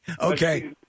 Okay